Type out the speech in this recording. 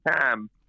Ham